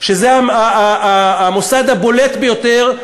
שזה המוסד הבולט ביותר,